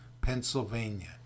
Pennsylvania